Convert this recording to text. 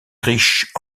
riche